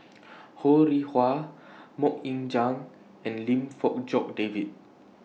Ho Rih Hwa Mok Ying Jang and Lim Fong Jock David